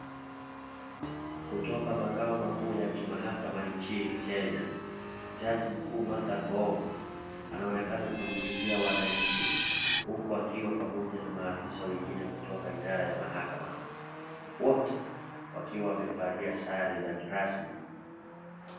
Kutoka makao makuu ya kimahakama nchini Kenya, jaji mkuu Martha Koome anaonekana kuhutubia wananchi, huku akiwa pamoja na maafisa wengine kutoka idara ya mahakama, wote wakiwa wamevalia sare za kirasmi.